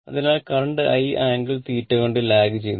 അതിനാൽ current I angle θ കൊണ്ട് lag ചെയ്യുന്നു